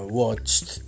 watched